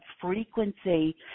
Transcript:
frequency